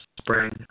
spring